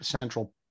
central